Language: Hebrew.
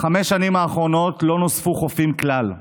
בחמש השנים האחרונות לא נוספו חופים כלל.